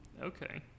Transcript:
Okay